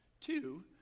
Two